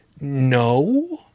no